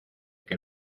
que